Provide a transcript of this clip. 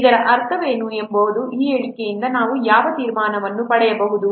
ಹಾಗಾದರೆ ಇದರ ಅರ್ಥವೇನು ಈ ಹೇಳಿಕೆಯಿಂದ ನಾವು ಯಾವ ತೀರ್ಮಾನವನ್ನು ಪಡೆಯಬಹುದು